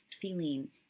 feeling